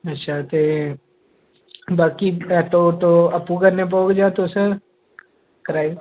अच्छा ते बाकी आपूं करना पौग जां तुसें कराई